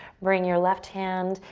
bring your left hand,